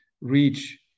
reach